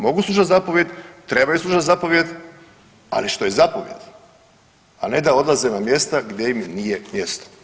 Moraju slušati zapovijed, trebaju slušati zapovijed, ali što je zapovijed, a ne da odlaze na mjesta gdje im nije mjesto.